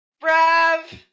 Brav